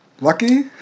lucky